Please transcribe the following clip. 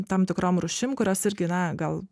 tam tikrom rūšim kurios irgi na gal